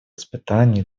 испытаний